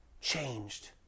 changed